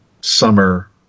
summer